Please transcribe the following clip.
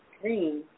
Green